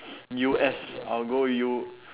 U_S I'll go U